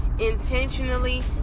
intentionally